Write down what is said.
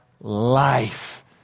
life